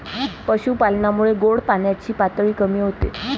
पशुपालनामुळे गोड पाण्याची पातळी कमी होते